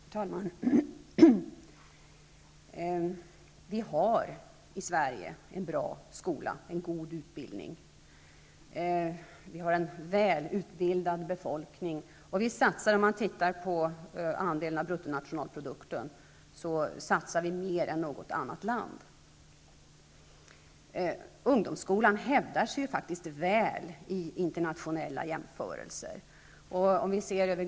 Herr talman! Vi har i Sverige en bra skola och en god utbildning. Vi har en välutbildad befolkning, och i förhållande till bruttonationalprodukten satsar vi mer än något annat land på skolan. Vår ungdomsskola hävdar sig väl vid internationella jämförelser.